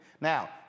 Now